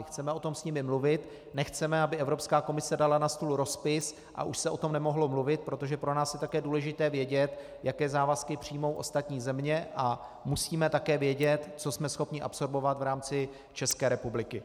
Chceme o tom s nimi mluvit, nechceme, aby Evropská komise dala na stůl rozpis a už se o tom nemohlo mluvit, protože pro nás je také důležité vědět, jaké závazky přijmou ostatní země, a musíme také vědět, co jsme schopni absorbovat v rámci České republiky.